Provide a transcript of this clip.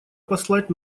послать